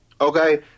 okay